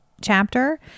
chapter